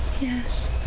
yes